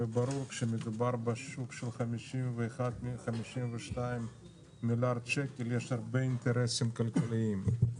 וברור שכשמדובר בשוק של 52-51 מיליארד שקל יש הרבה אינטרסים כלכליים.